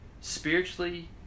spiritually